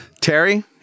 Terry